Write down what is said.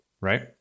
right